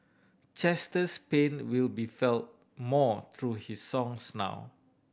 Chester's pain will be felt more through his songs now